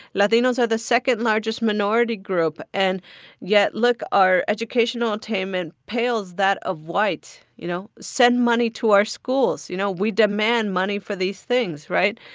latinos are the second-largest minority group, and yet, look, our educational attainment pales that of whites, you know? send money to our schools, you know? we demand money for these things, right?